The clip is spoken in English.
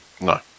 No